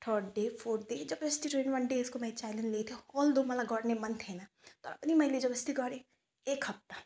third day fourth day जबरजस्ती twenty one डेजको मैले च्यालेन्ज लिएको थिएँ अल्दो मलाई गर्ने मन थिएनँ तर पनि मैले जबरजस्ती गरेँ एक हप्ता